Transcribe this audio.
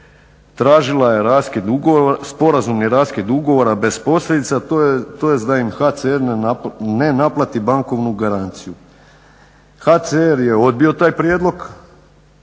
tražila je sporazumni raskid ugovora bez posljedica, tj. da im HCR ne naplati bankovnu garanciju. HCR je odbio taj prijedlog